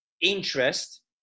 interest